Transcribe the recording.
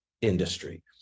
industry